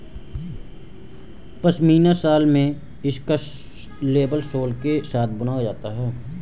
pashmina shawl में इसका label सोल के साथ बुना जाता है